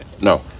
No